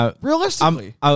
Realistically